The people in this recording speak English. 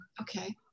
Okay